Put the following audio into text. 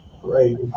great